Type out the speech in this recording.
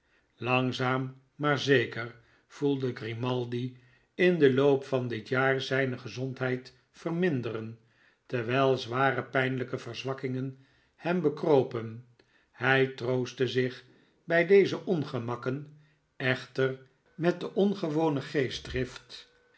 langzaam maar zeker voelde grimaldi in den loop van dit jaar zijne gezondheid verminderen terwh'l zware en pijnhjke verzwakkingenhem bekropen hij troostte zich bij deze ongemakken echter met de ongewone geestdrift